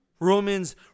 Romans